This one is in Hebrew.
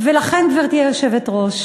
לכן, גברתי היושבת-ראש,